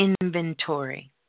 inventory